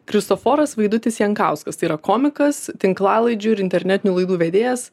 kristoforas vaidutis jankauskas tai yra komikas tinklalaidžių ir internetinių laidų vedėjas